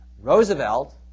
Roosevelt